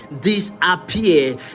disappear